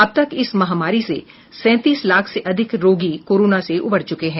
अब तक इस महामारी से सैंतीस लाख से अधिक रोगी कोरोना से उबर चुके हैं